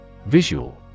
Visual